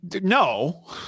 no